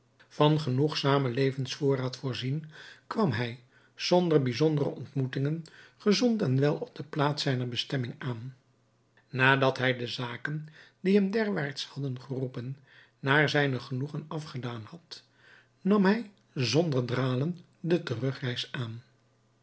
van genoegzamen levensvoorraad voorzien kwam hij zonder bijzondere ontmoetingen gezond en wel op de plaats zijner bestemming aan nadat hij de zaken die hem derwaarts hadden geroepen naar zijn genoegen afgedaan had nam hij zonder dralen de terugreis aan